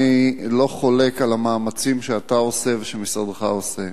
אני לא חולק על המאמצים שאתה עושה ושמשרדך עושה.